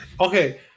Okay